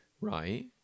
Right